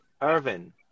Irvin